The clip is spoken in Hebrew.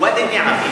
ואדי-אל-נעם.